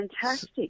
fantastic